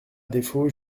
défaut